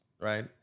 right